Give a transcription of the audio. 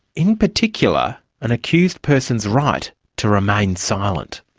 in particular, an accused person's right to remain silent.